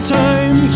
time